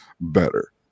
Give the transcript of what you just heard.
better